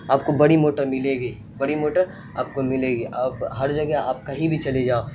آپ کو بڑی موٹر ملے گی بڑی موٹر آپ کو ملے گی اب ہر جگہ آپ کہیں بھی چلے جاؤ